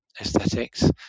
aesthetics